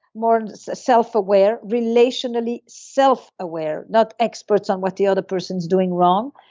more and self-aware, relationally self-aware not experts on what the other person is doing wrong,